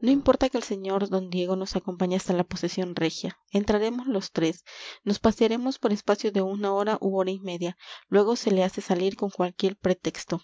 no importa que el sr d diego nos acompañe hasta la posesión regia entraremos los tres nos pasearemos por espacio de una hora u hora y media luego se le hace salir con cualquier pretexto